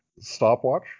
stopwatch